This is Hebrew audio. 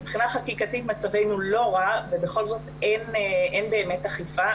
מבחינה חקיקתית מצבנו לא רע ובכל זאת אין באמת אכיפה.